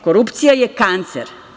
Korupcija je kancer.